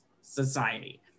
society